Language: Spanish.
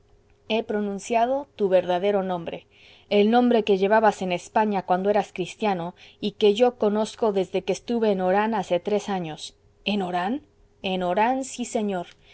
he pronunciado tu verdadero nombre el nombre que llevabas en españa cuando eras cristiano y que yo conozco desde que estuve en orán hace tres años en orán en orán sí señor